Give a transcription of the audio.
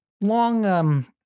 long